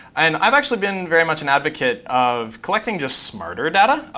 and i've actually been very much an advocate of collecting just smarter data,